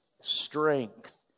strength